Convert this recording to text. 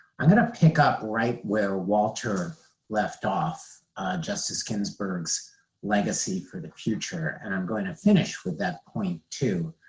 i'm going to pick up right where walter left off justice ginsburg's legacy for the future. and i'm going to finish with that point, too.